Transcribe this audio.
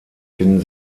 finden